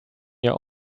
your